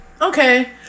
okay